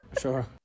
Sure